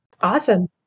Awesome